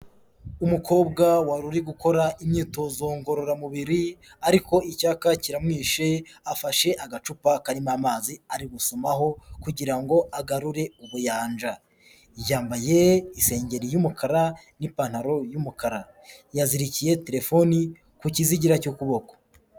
Umukobwa wari uri gukora imyitozo ngororamubiri ariko icyaka kiramwishe afashe agacupa karimo amazi ari gusomaho kugira ngo ngo agarure ubuyanja yambaye isengeri y'umukara n'ipantaro yumukara yazirikiye telefoni ku kizigira cy'ukuboko.